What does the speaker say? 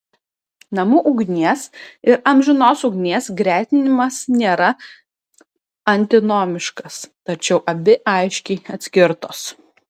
namų ugnies ir amžinos ugnies gretinimas nėra antinomiškas tačiau abi aiškiai atskirtos